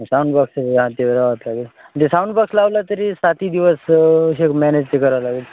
sound box ते राव लागेल ते साऊंड बॉक्स लावलं तरी साती दिवस हे मॅनेज ते करावं लागेल